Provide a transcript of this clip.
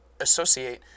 associate